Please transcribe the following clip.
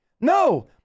No